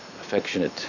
affectionate